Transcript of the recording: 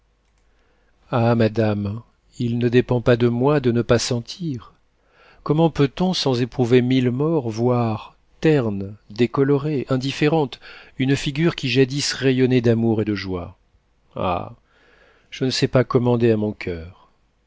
ah madame il ne dépend pas de moi de ne pas sentir comment peut-on sans éprouver mille morts voir terne décolorée indifférente une figure qui jadis rayonnait d'amour et de joie ah je ne sais pas commander à mon coeur